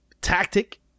tactic